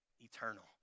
eternal